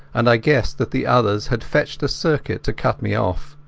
and i guessed that the others had fetched a circuit to cut me off.